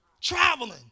traveling